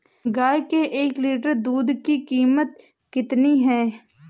गाय के एक लीटर दूध की कीमत कितनी है?